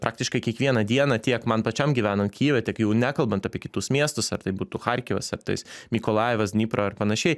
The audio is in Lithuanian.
praktiškai kiekvieną dieną tiek man pačiam gyvenan kijeve tiek jau nekalbant apie kitus miestus ar tai būtų charkivas ar tais nikolajevas dnipra ar panašiai